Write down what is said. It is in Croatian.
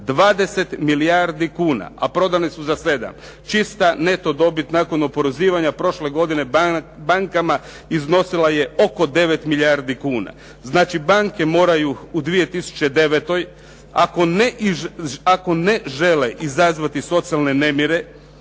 20 milijardi kuna, a prodane su za 7. čista neto dobit nakon oporezivanja prošle godine bankama iznosila je oko 9 milijardi kuna. Znači banke moraju u 2009. ako ne žele izazvati socijalne nemire,